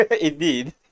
Indeed